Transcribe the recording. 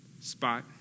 spot